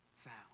found